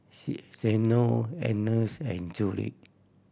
Zeno Angus and Judith